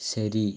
ശരി